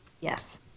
Yes